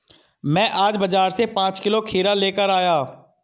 मैं आज बाजार से पांच किलो खीरा लेकर आया